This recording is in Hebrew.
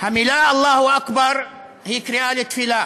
הקריאה "אללהו אכבר" היא קריאה לתפילה,